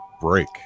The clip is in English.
break